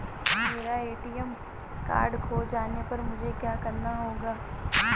मेरा ATM card खो जाने पर मुझे क्या करना होगा?